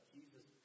Jesus